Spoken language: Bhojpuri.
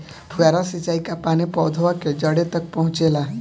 फुहारा सिंचाई का पानी पौधवा के जड़े तक पहुचे ला?